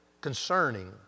concerning